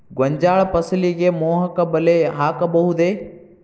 ಗೋಂಜಾಳ ಫಸಲಿಗೆ ಮೋಹಕ ಬಲೆ ಹಾಕಬಹುದೇ?